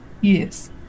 Yes